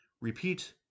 Repeat